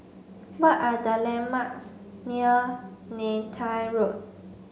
what are the landmarks near Neythal Road